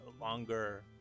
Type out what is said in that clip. longer